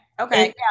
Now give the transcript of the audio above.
Okay